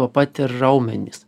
tuo pat ir raumenys